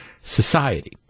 Society